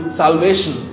salvation